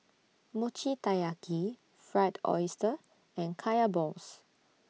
Mochi Taiyaki Fried Oyster and Kaya Balls